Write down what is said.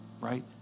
right